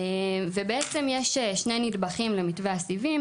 בעצם יש שני נדבכים למתווה הסיבים,